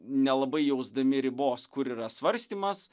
nelabai jausdami ribos kur yra svarstymas